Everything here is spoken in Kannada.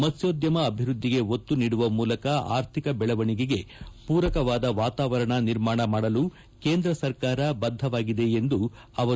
ಮತ್ನೋದ್ಯಮ ಅಭಿವೃದ್ಧಿಗೆ ಒತ್ತು ನೀಡುವ ಮೂಲಕ ಅರ್ಥಿಕ ಬೆಳವಣಿಗೆಗೆ ಪೂರಕವಾದ ವಾತಾವರಣವನ್ನು ನಿರ್ಮಾಣ ಮಾಡಲು ಕೇಂದ್ರ ಸರ್ಕಾರ ಬದ್ಧವಾಗಿದೆ ಎಂದರು